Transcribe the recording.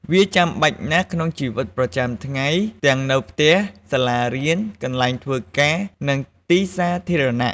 វាចាំបាច់ណាស់ក្នុងជីវិតប្រចាំថ្ងៃទាំងនៅផ្ទះ សាលារៀន កន្លែងធ្វើការ និងទីសាធារណៈ។